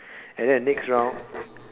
and then the next round